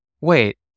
Wait